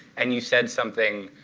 and you said something,